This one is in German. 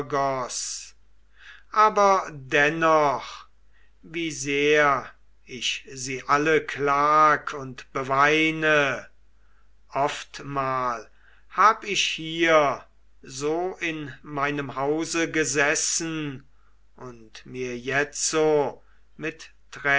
aber dennoch wie sehr ich sie alle klag und beweine oftmal hab ich hier so in meinem hause gesessen und mir jetzo mit